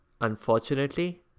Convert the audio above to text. Unfortunately